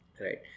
Right